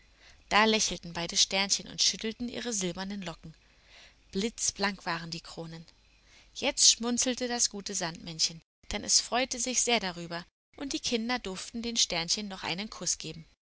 da lächelten beide sternchen und schüttelten ihre silbernen locken blitzblank waren die kronen jetzt schmunzelte das gute sandmännchen denn es freute sich sehr darüber und die kinder durften den sternchen noch einen kuß geben